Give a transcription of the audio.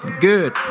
Good